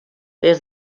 des